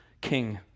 King